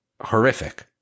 horrific